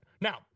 Now